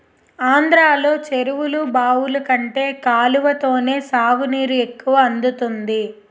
ఆంధ్రలో చెరువులు, బావులు కంటే కాలవతోనే సాగునీరు ఎక్కువ అందుతుంది